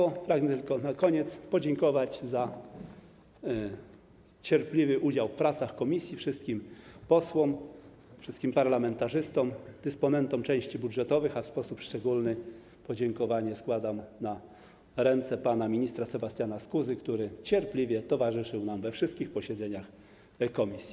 Na koniec pragnę tylko podziękować za cierpliwy udział w pracach komisji wszystkim posłom, wszystkim parlamentarzystom, dysponentom części budżetowych, a w sposób szczególny podziękowanie składam na ręce pana ministra Sebastiana Skuzy, który cierpliwie towarzyszył nam we wszystkich posiedzeniach komisji.